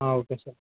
okay sir